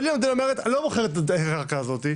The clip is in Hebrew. אבל אם המדינה אומרת "אני לא מוכרת את הקרקע הזאת,